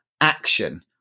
action